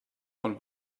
von